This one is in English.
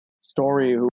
story